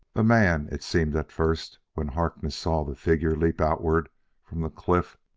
a man it seemed at first, when harkness saw the figure leap outward from the cliff.